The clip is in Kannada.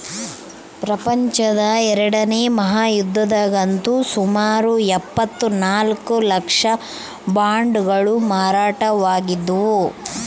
ಪ್ರಪಂಚದ ಎರಡನೇ ಮಹಾಯುದ್ಧದಗಂತೂ ಸುಮಾರು ಎಂಭತ್ತ ನಾಲ್ಕು ಲಕ್ಷ ಬಾಂಡುಗಳು ಮಾರಾಟವಾಗಿದ್ದವು